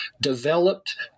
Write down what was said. developed